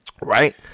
Right